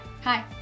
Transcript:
Hi